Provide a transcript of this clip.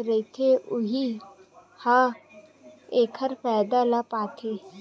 रहिथे उहीं ह एखर फायदा ल पाथे